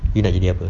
you nak jadi apa